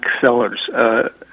sellers